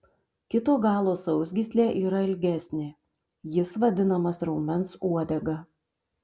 kito galo sausgyslė yra ilgesnė jis vadinamas raumens uodega